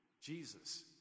Jesus